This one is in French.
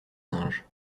singes